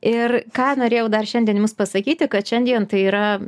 ir ką norėjau dar šiandien jums pasakyti kad šiandien tai yra